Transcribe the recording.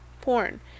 porn